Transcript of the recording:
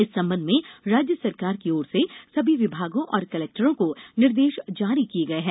इस संबंध में राज्य सरकार की ओर से सभी विभागों और कलेक्टरों को निर्देश जारी किए गए हैं